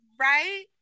Right